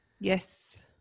Yes